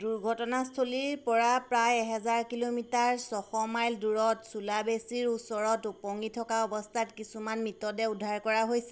দুৰ্ঘটনাস্থলীৰপৰা প্ৰায় এহেজাৰ কিলোমিটাৰ ছশ মাইল দূৰত ছুলাবেছিৰ ওচৰত ওপঙি থকা অৱস্থাত কিছুমান মৃতদেহ উদ্ধাৰ কৰা হৈছে